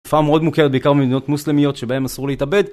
תופעה מאוד מוכרת בעיקר במדינות מוסלמיות שבהם אסור להתאבד